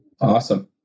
Awesome